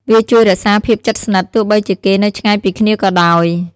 វាជួយរក្សាភាពជិតស្និទ្ធ ទោះបីជាគេនៅឆ្ងាយពីគ្នាក៏ដោយ។